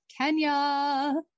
Kenya